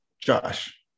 Josh